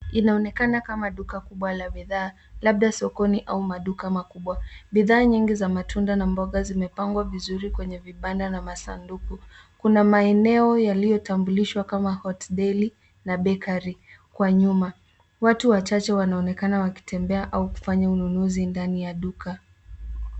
Inaonekana kama duka kubwa la bidhaa, labda sokoni au maduka makubwa. Bidhaa nyingi za matunda na mboga zimepangwa vizuri kwenye vibanda na masanduku. Kuna maeneo yaliyotambulishwa kama hot deli na bakery kwa nyuma. Watu wachache wanaonekana wakitembea au kufanya ununuzi ndani ya duka.